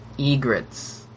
egrets